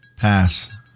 Pass